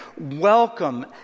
welcome